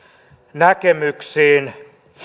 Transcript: näkemyksiin